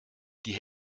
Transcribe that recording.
die